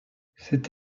cette